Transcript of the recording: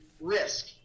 risk